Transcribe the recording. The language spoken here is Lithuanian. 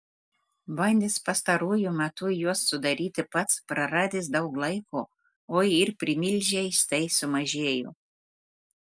bandęs pastaruoju metu juos sudaryti pats praradęs daug laiko o ir primilžiai štai sumažėjo